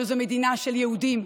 שזה מדינה של יהודים.